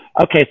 Okay